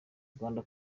rwanda